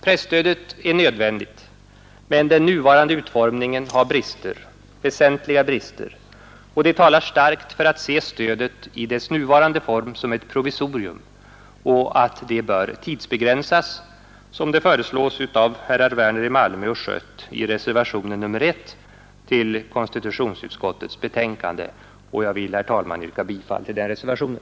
Presstödet är nödvändigt, men den nuvarande utform ningen har väsentliga brister. Det talar starkt för att stödet i dess nuvarande form betraktas som ett provisorium. Det bör tidsbegränsas, såsom föreslagits av herrar Werner i Malmö och Schött i reservationen 1 till konstitutionsutskottets betänkande. Jag yrkar bifall till den reservationen.